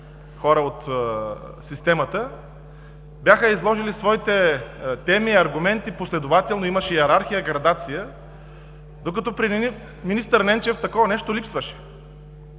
хора от системата, бяха изложили своите теми и аргументи последователно, имаше йерархия, градация, докато при министър Ненчев такова нещо липсваше.